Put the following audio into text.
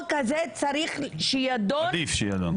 הזה צריך שיידון ב --- עדיף שיידון.